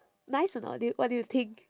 nice or not do you what do you think